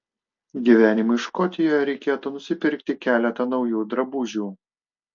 gyvenimui škotijoje reikėtų nusipirkti keletą naujų drabužių